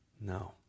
No